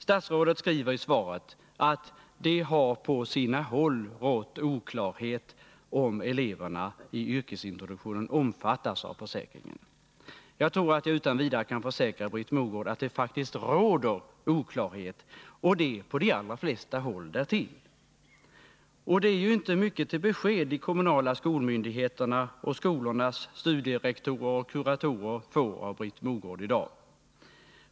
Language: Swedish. Statsrådet säger i svaret att ”det har på sina håll rått oklarhet om eleverna i yrkesintroduktionen omfattas av försäkringen”. Jag tror att jag utan vidare kan försäkra Britt Mogård att det faktiskt råder oklarhet och det på de allra flesta håll därtill. Och det är ju inte mycket till besked de kommunala skolmyndigheterna och skolornas studierektorer och kuratorer får av Britt Mogård i dag.